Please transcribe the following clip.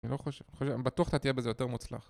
אני לא חושב, בטוח תהיה בזה יותר מוצלח